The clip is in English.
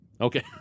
Okay